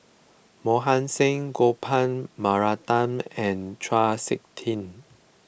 Mohan Singh Gopal Baratham and Chau Sik Ting